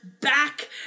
back